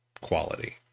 quality